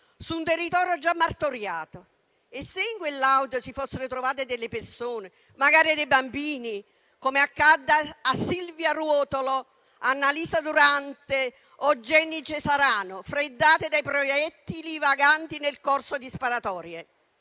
su un territorio già martoriato. E se in quell'auto si fossero trovate delle persone, magari dei bambini, come accadde a Silvia Ruotolo, Annalisa Durante o Genny Cesarano, freddati da proiettili vaganti nel corso di sparatorie?